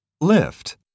Lift